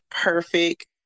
perfect